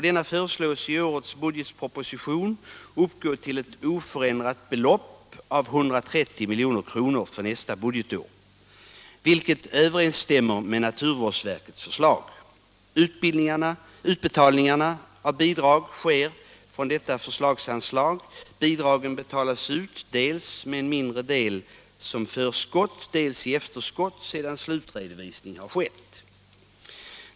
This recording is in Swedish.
Denna föreslås i årets budgetproposition uppgå till ett oförändrat belopp av 130 milj.kr. för nästa budgetår, vilket överensstämmer med naturvårdsverkets förslag. Utbetalningarna av bidrag sker från detta förslagsanslag. Bidragen betalas ut dels med en mindre del som förskott, dels i efterskott sedan slutredovisning skett.